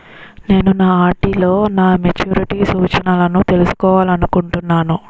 నేను నా ఆర్.డి లో నా మెచ్యూరిటీ సూచనలను తెలుసుకోవాలనుకుంటున్నాను